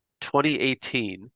2018